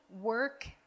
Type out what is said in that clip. work